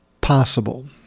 possible